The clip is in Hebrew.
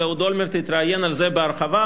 ואהוד אולמרט התראיין על זה בהרחבה,